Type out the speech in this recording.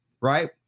right